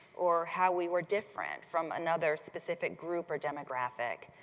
or how we were different from another specific group or demographic.